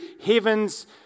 heaven's